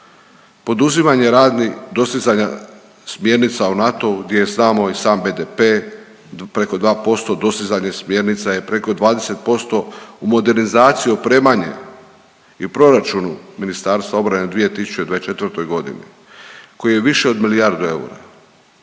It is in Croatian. Poduzimanje radni dostizanja smjernica u NATO-u gdje je znamo i sam BDP preko 2% dostizanje smjernica je preko 20%, u modernizaciju, opremanje i proračunu Ministarstva obrane u 2024.g. koji je više od milijardu eura.